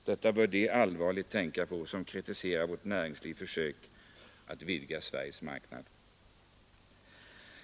Detta bör de allvarligt tänka på som kritiserar vårt näringslivs försök att vidga Sveriges marknad.